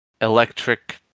electric